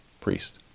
priest